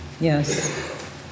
Yes